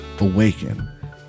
awaken